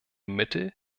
mittel